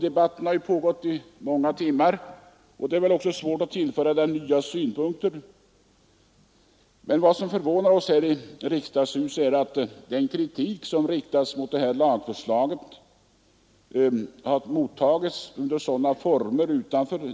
Debatten har pågått många timmar, och det är svårt att anföra nya synpunkter. Vad som förvånar oss här i riksdagshuset är att den kritik mot lagförslaget som finns utanför det här huset har tagit sig de former som skett.